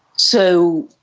so